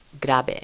Grabe